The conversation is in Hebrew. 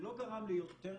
זה לא גרם ליותר